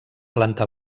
planta